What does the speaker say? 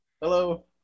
Hello